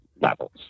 levels